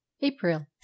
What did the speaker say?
April